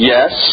Yes